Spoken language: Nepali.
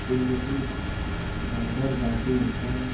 सेलरोटी घर घर बाँड्दै हिँड्छ